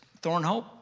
Thornhope